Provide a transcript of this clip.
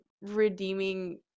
redeeming